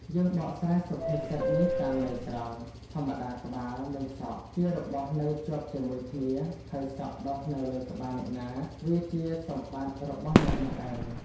យើងបកស្រាយសុភាសិតនេះតាមន័យត្រង់ ធម្មតាក្បាល និងសក់ ជារបស់នៅជាប់ជាមួយគ្នា ហើយសក់ដុះនៅលើក្បាលអ្នកណា វាជាសម្បត្តិរបស់អ្នកនោះឯង ។